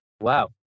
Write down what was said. wow